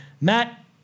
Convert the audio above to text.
Matt